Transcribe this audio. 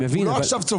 לא עכשיו.